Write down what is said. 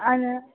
அது